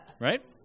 Right